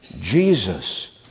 Jesus